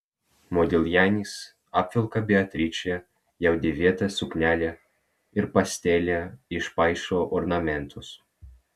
modiljanis apvelka beatričę jau dėvėta suknele ir pastele išpaišo ornamentus